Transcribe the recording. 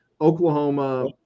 Oklahoma